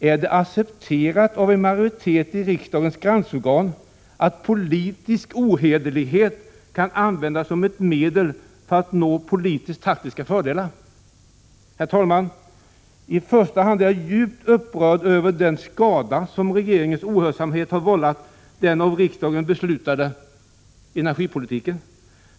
Är det accepterat av en majoritet i riksdagens granskningsorgan att politisk ohederlighet kan användas som ett medel för att nå politisk-taktiska fördelar? Herr talman! För det första är jag djupt upprörd över den skada som regeringens ohörsamhet vållat den av riksdagen beslutade energipolitiken.